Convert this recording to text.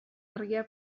argiak